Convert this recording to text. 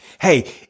Hey